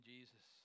Jesus